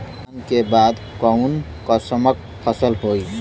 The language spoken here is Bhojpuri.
धान के बाद कऊन कसमक फसल होई?